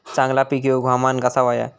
चांगला पीक येऊक हवामान कसा होया?